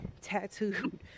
tattooed